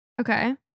Okay